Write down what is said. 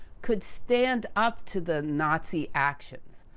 could stand up to the nazi actions.